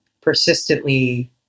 persistently